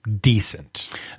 decent